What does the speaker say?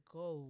go